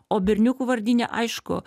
o berniukų vardyne aišku